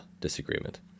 disagreement